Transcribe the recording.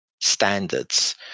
standards